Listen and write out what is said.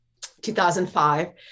2005